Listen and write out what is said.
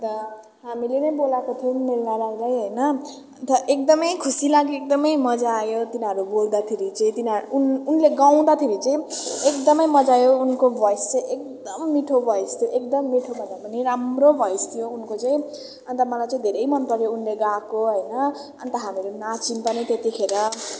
अन्त हामीले नै बोलाएको थियौँ मेलिना राईलाई होइन त्यहाँ एकदमै खुसी लाग्यो एकदमै मजा आयो तिनीहरू गाउँदाखेरि चाहिँ तिनी उन उनले गाउँदाखेरि चाहिँ एकदमै मजा आयो उनको भोयस चाहिँ एकदम मिठो भोयस थियो एकदम मिठो नभए पनि राम्रो भोयस थियो उनको चाहिँ अन्त मलाई चाहिँ धेरै मनपऱ्यो उनले गएको होइन अन्त हामीरू नाचौँ पनि त्यतिखेर